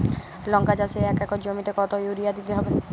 লংকা চাষে এক একর জমিতে কতো ইউরিয়া দিতে হবে?